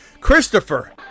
Christopher